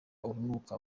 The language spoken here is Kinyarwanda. urunuka